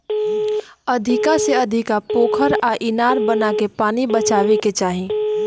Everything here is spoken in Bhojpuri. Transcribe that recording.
अधिका से अधिका पोखरा आ इनार बनाके पानी बचावे के चाही